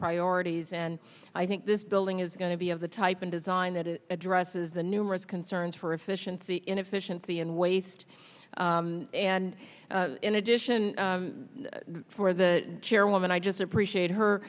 priorities and i think this building is going to be of the type and design that it addresses the numerous concerns for efficiency inefficiency and waste and in addition for the chairwoman i just appreciate her